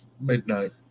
midnight